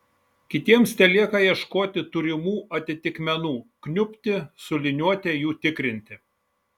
kitiems telieka ieškoti turimų atitikmenų kniubti su liniuote jų tikrinti